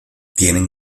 tienen